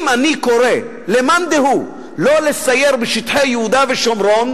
אם אני קורא למאן דהוא לא לסייר בשטחי יהודה ושומרון,